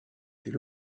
fait